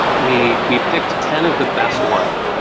we we picked ten of the best ones.